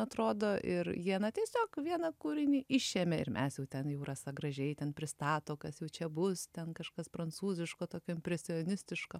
atrodo ir jie na tiesiog vieną kūrinį išėmė ir mes jau ten jau rasa gražiai ten pristato kas jau čia bus ten kažkas prancūziško tokio impresionistiško